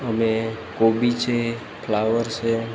અમે કોબી છે ફુલાવર છે